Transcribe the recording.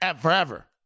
Forever